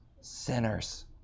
Sinners